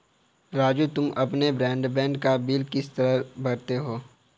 राजू तुम अपने ब्रॉडबैंड का बिल किस तरह भरते हो